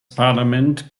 parlament